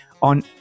on